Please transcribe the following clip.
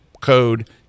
code